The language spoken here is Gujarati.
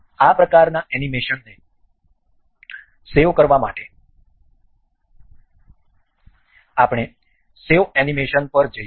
આ પ્રકારના એનિમેશનને સેવ કરવા માટે આપણે સેવ એનિમેશન પર જઈશું